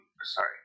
Sorry